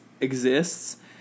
exists